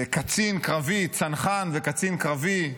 צנחן וקצין קרבי,